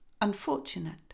Unfortunate